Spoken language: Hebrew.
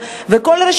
גם באום-אל-פחם,